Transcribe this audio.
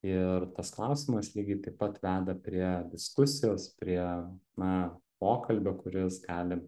ir tas klausimas lygiai taip pat veda prie diskusijos prie na pokalbio kuris gali